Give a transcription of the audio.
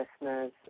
listeners